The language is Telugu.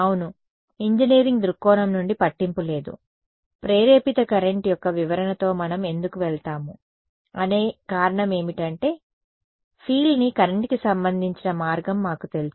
అవును ఇంజినీరింగ్ దృక్కోణం నుండి పట్టింపు లేదు ప్రేరేపిత కరెంట్ యొక్క వివరణతో మనం ఎందుకు వెళ్తాము అనే కారణం ఏమిటంటే ఫీల్డ్ ని కరెంట్ కి సంబంధించిన మార్గం మాకు తెలుసు